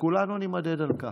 וכולנו נימדד על כך.